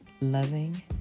loving